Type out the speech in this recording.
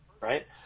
right